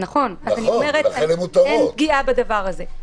נכון, לכן אני אומרת שאין פגיעה בדבר הזה.